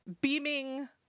beaming